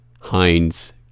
Heinz